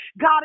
God